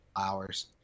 hours